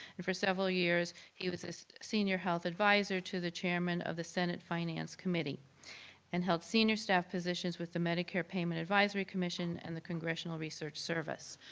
and for several years, he was the ah senior health adviser to the chairman of the senate finance committee and helped senior staff physicians with the medicare payment advisory commission and the congressional research service.